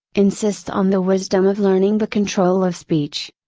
insists on the wisdom of learning the control of speech.